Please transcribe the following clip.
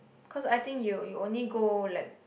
cause I think you you only go like